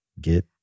get